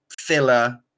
filler